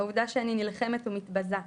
העובדה שאני נלחמת ומתבזה,